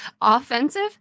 offensive